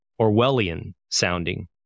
Orwellian-sounding